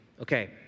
Okay